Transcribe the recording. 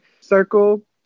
circle